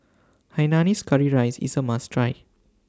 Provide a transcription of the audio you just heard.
Hainanese Curry Rice IS A must Try